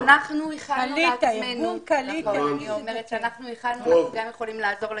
הכנו לעצמנו ואנחנו יכולים לעזור בזה.